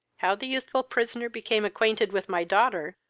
how the youthful prisoner became acquainted with my daughter,